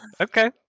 Okay